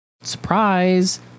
Surprise